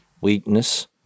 weakness